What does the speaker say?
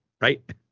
right